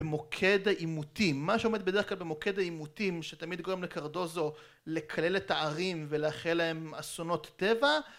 במוקד העימותים, מה שעומד בדרך כלל במוקד העימותים שתמיד גורם לקרדוזו לקלל את הערים ולאחל להם אסונות טבע